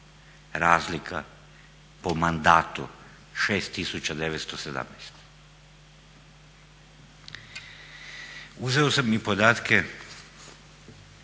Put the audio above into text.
Razlika po mandatu 6 tisuća 917. Uzeo sam i podatke